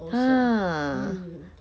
ha